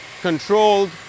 controlled